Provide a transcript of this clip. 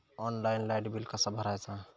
Online light bill कसा भरायचा?